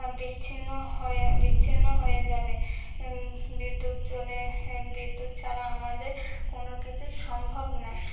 বিচ্ছিন্ন হয়ে বিচ্ছিন্ন হয়ে যাবে বিদ্যুৎ চলে বিদ্যুৎ ছাড়া আমাদের কোনো কিছুই সম্ভব নয়